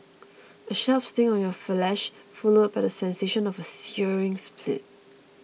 a sharp sting on your flesh followed by the sensation of a searing split